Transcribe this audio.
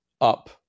up